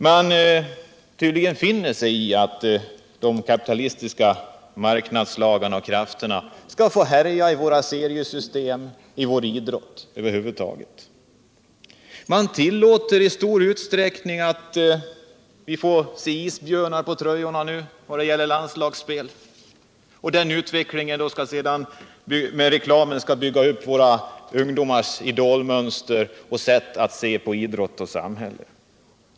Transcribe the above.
Man finner sig tydligen i att de kapitalistiska marknadskrafterna får härja i våra seriesystem, i vår idrott över huvud taget. Man tillåter att vi vid landslagsspel får se isbjörnar på tröjorna och att våra ungdomars idolmönster och deras sätt att se på idrotten och samhället skall formas med reklamens hjälp.